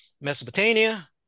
Mesopotamia